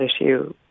issue